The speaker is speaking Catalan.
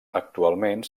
actualment